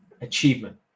achievement